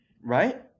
Right